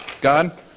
God